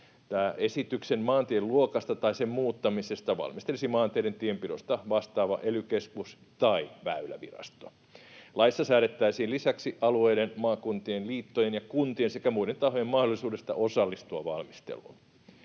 esityksen maantien luokasta tai sen muuttamisesta valmistelisi maanteiden tienpidosta vastaava ely-keskus tai Väylävirasto. Laissa säädettäisiin lisäksi alueiden, maakuntien liittojen ja kuntien sekä muiden tahojen mahdollisuudesta osallistua valmisteluun.